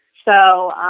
so